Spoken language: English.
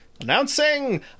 Announcing